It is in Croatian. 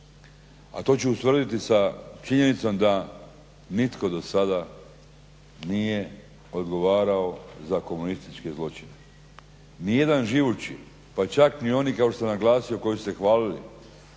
A to ću ustvrditi sa činjenicom da nitko dosada nije odgovarao za komunističke zločine. Nijedan živući pa čak ni oni kao što sam naglasio koji su se hvalili